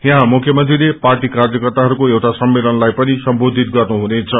याहाँ मुख्यमंत्रीले पार्टी कार्यकर्ताहरूको एउटा सम्मेलनलाई पनि सम्बोषित गर्नुहुनेछ